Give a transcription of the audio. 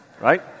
right